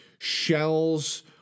shells